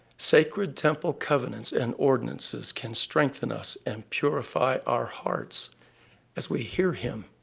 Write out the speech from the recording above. sacred temple covenants and ordinances can strengthen us and purify our hearts as we hear him!